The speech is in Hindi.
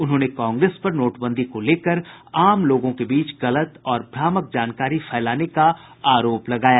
उन्होंने कांग्रेस पर नोटबंदी को लेकर आम लोगों के बीच गलत और भ्रामक जानकारी फैलाने का आरोप लगाया